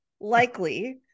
likely